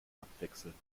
abwechselnd